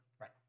Right